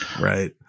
Right